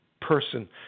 person